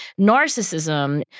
narcissism